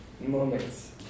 Moments